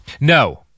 no